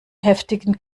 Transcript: heftigen